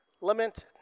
lamented